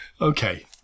Okay